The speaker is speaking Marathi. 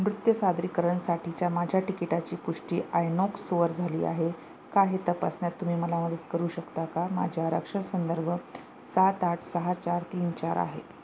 नृत्य सादरीकरणसाठीच्या माझ्या टिकिटाची पुष्टी आयनॉक्सवर झाली आहे का हे तपासण्यात तुम्ही मला मदत करू शकता का माझ्या आरक्षणसंदर्भ सात आठ सहा चार तीन चार आहे